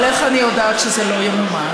אבל איך אני יודעת שזה לא ימומש?